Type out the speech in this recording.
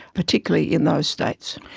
particularly in those states.